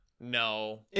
No